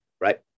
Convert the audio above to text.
right